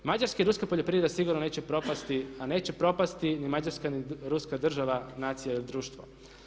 Mađarska i Ruska poljoprivreda sigurno neće propasti a neće propasti ni Mađarska ni Ruska država, nacija ili društvo.